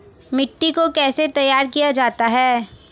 मिट्टी को कैसे तैयार किया जाता है?